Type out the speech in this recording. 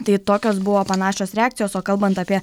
tai tokios buvo panašios reakcijos o kalbant apie